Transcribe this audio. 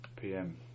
pm